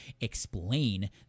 Explain